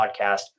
podcast